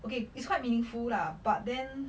okay it's quite meaningful lah but then